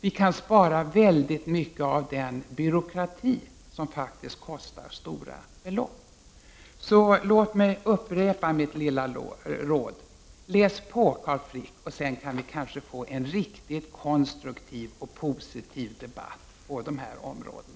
Vi kan spara väldigt mycket av den byråkrati som faktiskt kostar stora belopp. Så låt mig upprepa mitt lilla råd: Läs på, Carl Frick! Sedan kan vi kanske få en riktigt konstruktiv och positiv debatt på dessa områden.